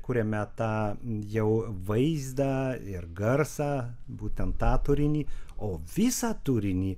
kuriame tą jau vaizdą ir garsą būtent tą turinį o visą turinį